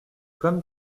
comme